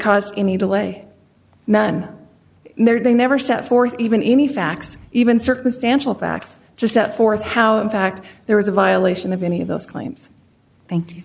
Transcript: caused any delay and then they never set forth even any facts even circumstantial facts just set forth how in fact there was a violation of any of those claims thank you